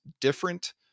different